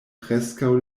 preskaŭ